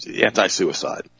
anti-suicide